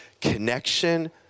connection